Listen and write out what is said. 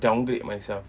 downgrade myself